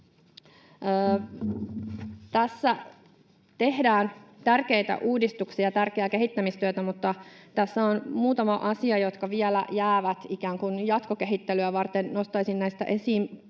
Tässä tehdään tärkeitä uudistuksia ja tärkeää kehittämistyötä, mutta tässä on muutama asia, jotka vielä jäävät ikään kuin jatkokehittelyä varten. Nostaisin näistä esiin